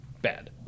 Bad